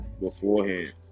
beforehand